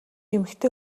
эмэгтэй